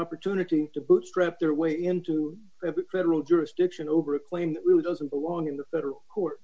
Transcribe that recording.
opportunity to bootstrap their way into federal jurisdiction over a claim that really doesn't belong in the federal court